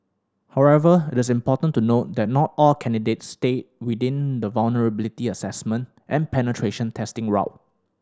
however it is important to note that not all candidates stay within the vulnerability assessment and penetration testing route